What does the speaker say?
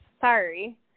Sorry